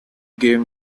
game